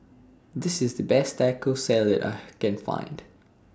This IS The Best Taco Salad that I Can Find